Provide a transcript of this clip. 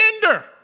gender